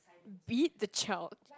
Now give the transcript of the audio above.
beat the child